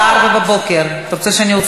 לעזה תלכי.